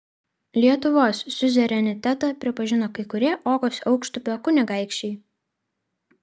lietuvos siuzerenitetą pripažino kai kurie okos aukštupio kunigaikščiai